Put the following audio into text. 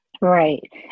Right